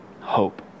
hope